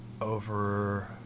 over